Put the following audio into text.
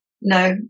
no